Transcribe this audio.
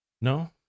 No